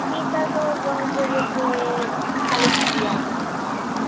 अभी तक बहुत कुछ जैसे है